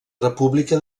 república